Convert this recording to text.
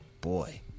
Boy